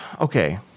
okay